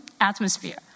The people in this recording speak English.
atmosphere